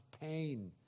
pain